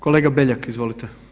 Kolega Beljak, izvolite.